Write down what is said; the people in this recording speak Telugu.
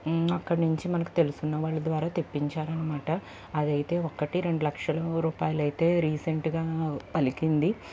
అక్కడనుంచి మనకి తెలుసున్నవాళ్ళ ద్వారా తెప్పించారనమాట అదైతే ఒక్కటి రెండు లక్షలు రూపాయలైతే రీసెంటుగా పలికింది